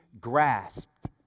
grasped